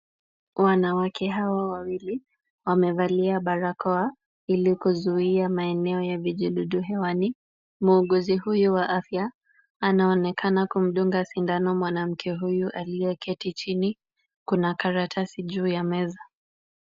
Wanawake hawa wawili wamevalia barakoa, ili kuzuia maeneo ya vijidudu hewani. Muuguzi huyu wa afya, anaonekana kumdunga sindano mwanamke huyu aliyeketi chini. Kuna karatasi juu ya meza.